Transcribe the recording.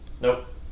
Nope